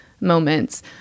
moments